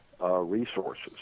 resources